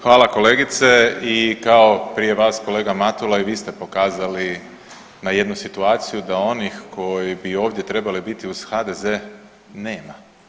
Hvala kolegice i kao prije vas, kolega Matula, i vi ste pokazali na jednu situaciju da onih koji bi ovdje trebali biti uz HDZ nema.